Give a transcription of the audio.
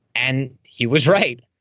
and he was right.